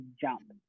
jump